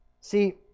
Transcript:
See